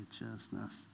Righteousness